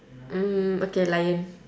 mm okay lion